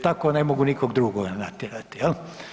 Tako ne mogu nikoga drugog natjerati, jel.